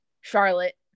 Charlotte